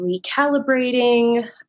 recalibrating